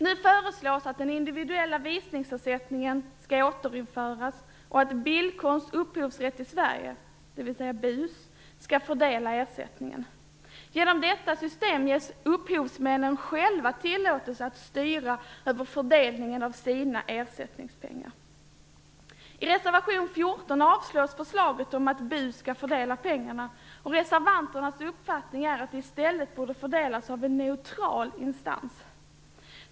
Nu föreslås att den individuella visningsersättningen skall återinföras och att Bildkonst Upphovsrätt i Sverige, BUS, skall fördela ersättningen. Genom detta system ges upphovsmännen själva tillåtelse att styra över fördelningen av sina ersättningspengar. skall fördela pengarna, och reservanternas uppfattning är att de i stället borde fördelas av en neutral instans.